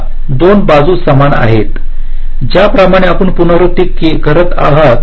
पुन्हा 2 बाजू समान आहेत ज्याप्रमाणे आपण पुनरावृत्ती करत आहात